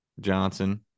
Johnson